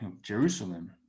jerusalem